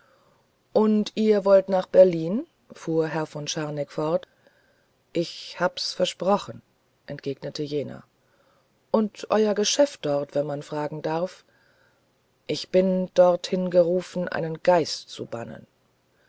und ihr wollt nach berlin fuhr herr von scharneck fort ich hab's versprochen entgegnete jener und euer geschäft dort wenn man fragen darf ich bin dorthin berufen einen geist zu bannen